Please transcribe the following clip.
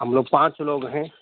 ہم لوگ پانچ لوگ ہیں